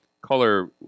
color